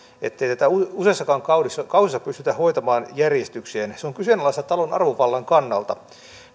ettei tätä useassakaan kaudessa kaudessa pystytä hoitamaan järjestykseen se on kyseenalaista talon arvovallan kannalta